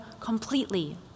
completely